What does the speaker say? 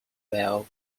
while